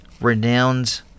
renowned